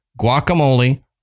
guacamole